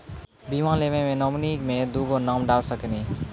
बीमा लेवे मे नॉमिनी मे दुगो नाम डाल सकनी?